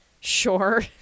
Sure